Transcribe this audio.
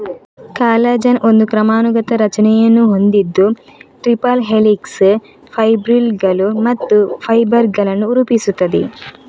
collagen ಒಂದು ಕ್ರಮಾನುಗತ ರಚನೆಯನ್ನು ಹೊಂದಿದ್ದು ಟ್ರಿಪಲ್ ಹೆಲಿಕ್ಸ್, ಫೈಬ್ರಿಲ್ಲುಗಳು ಮತ್ತು ಫೈಬರ್ ಗಳನ್ನು ರೂಪಿಸುತ್ತದೆ